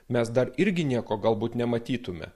mes dar irgi nieko galbūt nematytume